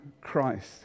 Christ